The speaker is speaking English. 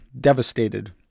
devastated